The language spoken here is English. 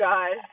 God